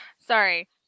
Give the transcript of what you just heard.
Sorry